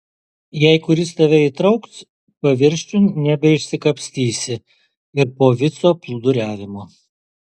jei kuris tave įtrauks paviršiun nebeišsikapstysi ir po viso plūduriavimo